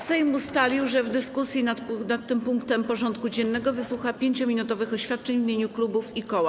Sejm ustalił, że w dyskusji nad tym punktem porządku dziennego wysłucha 5-minutowych oświadczeń w imieniu klubów i koła.